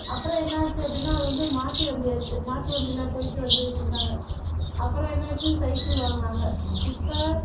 அப்புறம் என்னாச்சு அப்படினா அதுவந்து மாட்டுவண்டி ஆச்சு மாட்டுவண்டியில் போய்ட்டு வந்துக்கிட்டு இருந்தாங்க அப்புறம் என்னாச்சு சைக்கிள் வாங்கினாங்க இப்போ